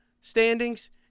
standings